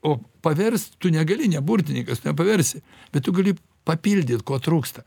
o paverst tu negali ne burtininkas nepaversi bet tu gali papildyt ko trūksta